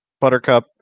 Buttercup